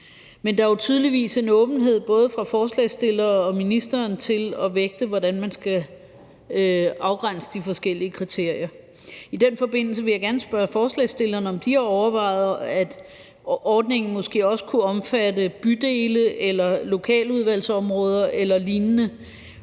Men der er jo tydeligvis en åbenhed både fra forslagsstillerne og ministeren til at vægte, hvordan man skal afgrænse de forskellige kriterier. I den forbindelse vil jeg gerne spørge forslagsstillerne, om de har overvejet, at ordningen måske også kunne omfatte bydele eller lokaludvalgsområder eller lignende